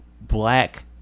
black